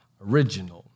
original